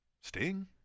Sting